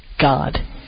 God